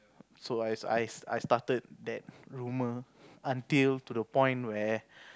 so is I I started that rumor until to the point where